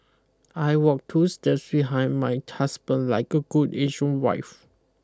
I walk two steps behind my husband like a good Asian wife